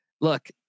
look